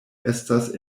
estas